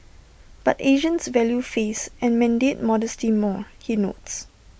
but Asians value face and mandate modesty more he notes